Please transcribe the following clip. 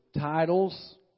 titles